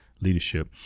leadership